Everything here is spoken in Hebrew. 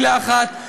מילה אחת,